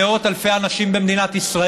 אני לא מקבל הנחיות מן המרפסת.